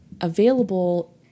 available